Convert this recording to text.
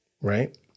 right